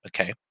Okay